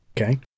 okay